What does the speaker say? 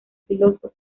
filósofo